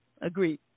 agreed